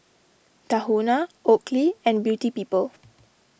Tahuna Oakley and Beauty People